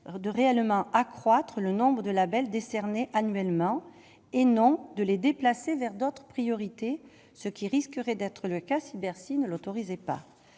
de réellement accroître le nombre de labels décernés annuellement et non de les déplacer vers d'autres priorités, ce qui risquerait d'être le cas si Bercy ne l'autorisait pas,